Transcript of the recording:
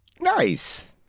Nice